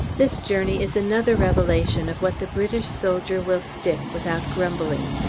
this journey is another revelation of what the british soldier will stick without grumbling.